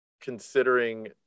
considering